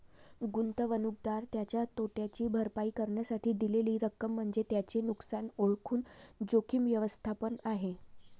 गुंतवणूकदार त्याच्या तोट्याची भरपाई करण्यासाठी दिलेली रक्कम म्हणजे त्याचे नुकसान ओळखून जोखीम व्यवस्थापन आहे